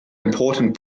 important